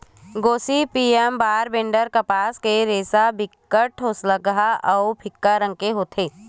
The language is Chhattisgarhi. गोसिपीयम बारबेडॅन्स कपास के रेसा ह बारीक, ठोसलगहा अउ फीक्का रंग के होथे